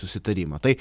susitarimą tai